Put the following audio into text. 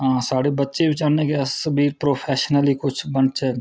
साढ़े बच्चे बी चाह्ंदे कि अस प्रौफैशनली कुछ बनचै